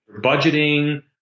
budgeting